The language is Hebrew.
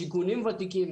שיכונים ותיקים,